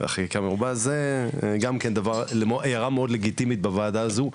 חקיקה מרובה זה גם הערה מאוד לגיטימית בוועדה הזו,